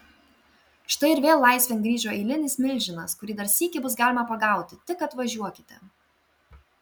štai ir vėl laisvėn grįžo eilinis milžinas kurį dar sykį bus galima pagauti tik atvažiuokite